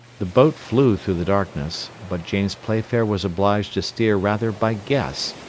the boat flew through the darkness, but james playfair was obliged to steer rather by guess,